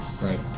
right